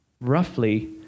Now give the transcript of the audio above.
roughly